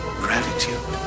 gratitude